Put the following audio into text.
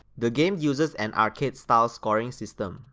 the game uses an arcade style scoring system.